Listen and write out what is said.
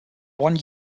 one